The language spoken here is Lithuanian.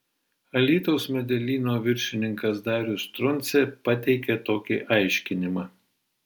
alytaus medelyno viršininkas darius truncė pateikė tokį aiškinimą